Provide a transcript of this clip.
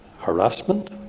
harassment